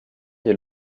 des